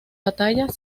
batalla